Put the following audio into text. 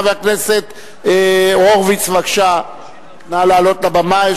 חבר הכנסת הורוביץ, בבקשה, נא לעלות לבמה.